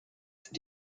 sind